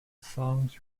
songs